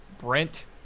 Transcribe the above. Brent